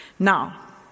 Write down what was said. Now